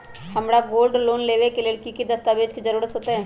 हमरा gold loan लेबे के लेल कि कि दस्ताबेज के जरूरत होयेत?